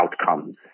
outcomes